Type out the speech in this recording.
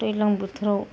दैलां बोथोराव